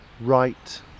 right